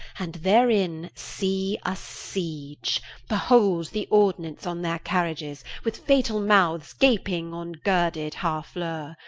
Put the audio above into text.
and therein see a siege behold the ordenance on their carriages, with fatall mouthes gaping on girded harflew.